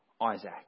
Isaac